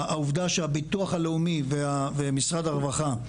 העובדה הביטוח הלאומי ומשרד הרווחה,